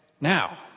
Now